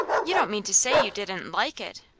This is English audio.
you don't mean to say you didn't like it?